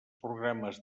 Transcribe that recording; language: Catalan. programes